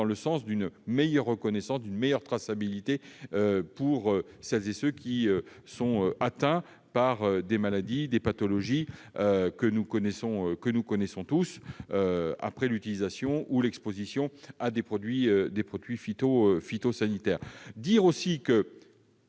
dans le sens d'une meilleure reconnaissance et d'une meilleure traçabilité pour celles et ceux qui sont atteints par des maladies ou pathologies liées à l'utilisation ou à l'exposition à des produits phytosanitaires. Avec Mme